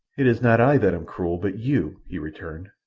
it is not i that am cruel, but you, he returned,